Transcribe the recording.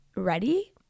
ready